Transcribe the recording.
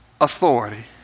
authority